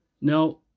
Now